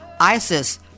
ISIS